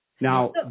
Now